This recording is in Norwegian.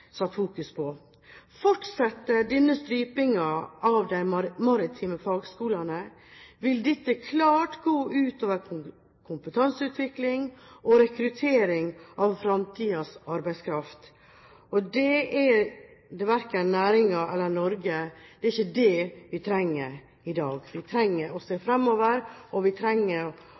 satt fokus på. Fortsetter denne strupingen av de maritime fagskolene, vil dette klart gå ut over kompetanseutvikling og rekruttering av fremtidens arbeidskraft. Det er ikke det verken næringen eller Norge trenger i dag. Vi trenger å se fremover, og vi trenger å tilrettelegge utdanningstilbudet etter de behovene vi ser at næringen trenger